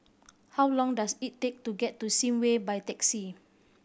how long does it take to get to Sim Way by taxi